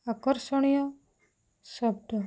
ଆକର୍ଷଣୀୟ ଶବ୍ଦ